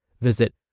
Visit